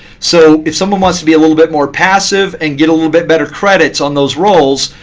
so if someone wants to be a little bit more passive and get a little bit better credits on those rolls,